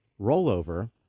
rollover